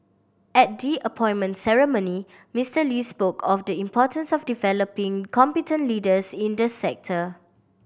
at the appointment ceremony Mister Lee spoke of the importance of developing competent leaders in the sector